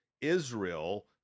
Israel